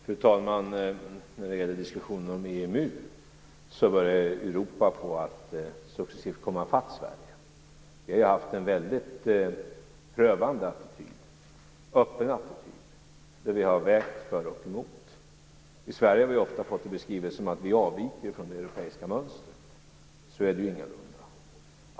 Fru talman! I diskussionen om EMU börjar Europa successivt komma i fatt Sverige. Vi har haft en väldigt prövande och öppen attityd, och vi har vägt för och emot. Sverige har ofta beskrivits som avvikande från det europeiska mönstret. Så är det ju ingalunda.